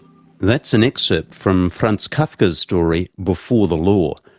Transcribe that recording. that's an excerpt from franz kafka's story before the law,